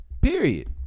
Period